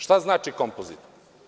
Šta znači kompozit?